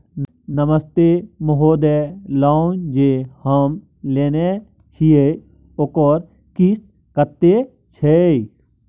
नमस्ते महोदय, लोन जे हम लेने छिये ओकर किस्त कत्ते छै?